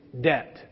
debt